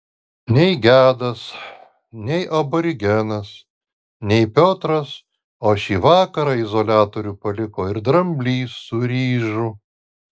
nei gedas nei aborigenas nei piotras o šį vakarą izoliatorių paliko ir dramblys su ryžu